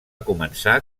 començar